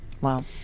Wow